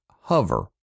hover